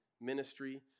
ministry